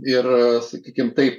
ir sakykim taip